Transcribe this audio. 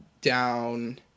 down